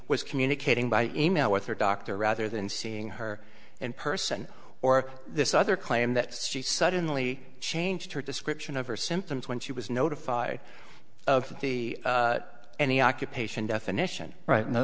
was communicating by e mail with her doctor rather than seeing her in person or this other claim that she suddenly changed her description of her symptoms when she was notified of the any occupation definition right no